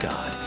God